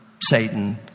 Satan